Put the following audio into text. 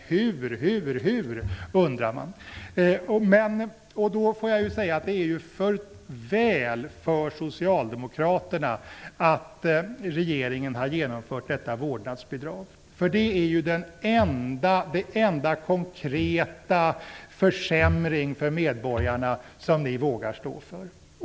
Man undrar: Hur, hur, hur? Det är för väl för Socialdemokraterna att regeringen har genomfört förslaget om vårdnadsbidrag. Det är ju den enda konkreta försämring för medborgarna som ni vågar stå för.